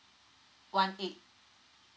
one eight